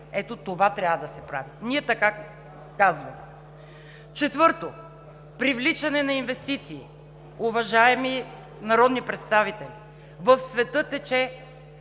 ето това трябва да се прави, ние така казваме. Пето, привличане на инвестиции. Уважаеми народни представители, в света тече